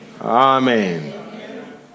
Amen